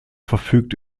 verfügt